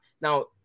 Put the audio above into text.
Now